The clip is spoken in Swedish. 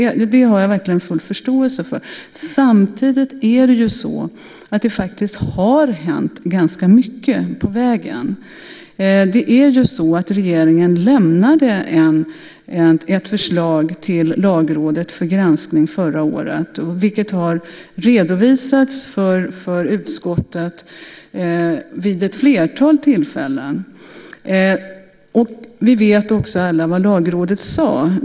Samtidigt har det faktiskt hänt ganska mycket på vägen. Regeringen lämnade ett förslag till Lagrådet för granskning förra året, vilket har redovisats för utskottet vid ett flertal tillfällen. Vi vet också alla vad Lagrådet sade.